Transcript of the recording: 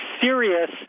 serious